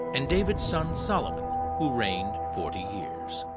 and david's son solomon who reigned forty years.